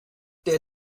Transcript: der